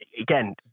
again